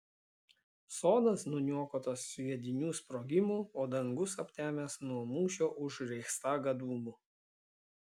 sodas nuniokotas sviedinių sprogimų o dangus aptemęs nuo mūšio už reichstagą dūmų